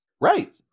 Right